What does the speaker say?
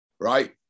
right